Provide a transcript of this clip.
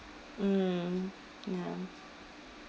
mm ya